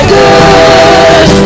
good